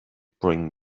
bring